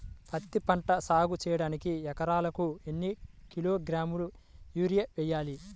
పత్తిపంట సాగు చేయడానికి ఎకరాలకు ఎన్ని కిలోగ్రాముల యూరియా వేయాలి?